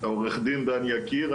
עורך דין דן יקיר,